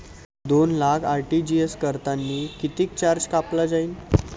दोन लाख आर.टी.जी.एस करतांनी कितीक चार्ज कापला जाईन?